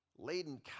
Laden